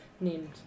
Named